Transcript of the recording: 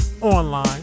online